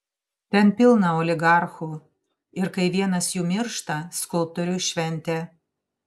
ten pilna oligarchų ir kai vienas jų miršta skulptoriui šventė